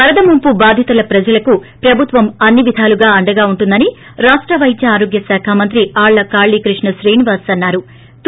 వరద ముంపు బాధిత ప్రజలకు ప్రభుత్వం అన్ని విధాలుగా అండగా ఉంటుందని రాష్ట పైద్య ఆరోగ్య శాఖ మంత్రి ఆళ్ల కాళీ కృష్ణా శ్రీనివాస్ అన్నారు